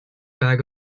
bag